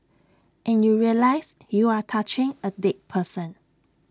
and you realise you are touching A dead person